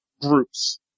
groups